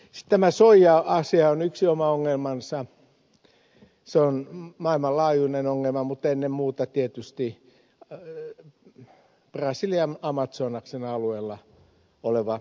tämä soija asia on yksi oma ongelmansa se on maailmanlaajuinen ongelma mutta ennen muuta tietysti brasilian amazonaksen alueilla oleva ongelma